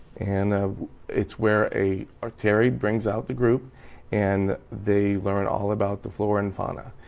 and it's where a our terry brings out the group and they learn all about the flora and fauna,